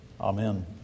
Amen